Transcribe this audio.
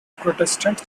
protestant